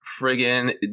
friggin